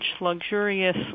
luxurious